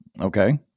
okay